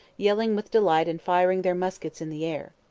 yelling with delight and firing their muskets in the air.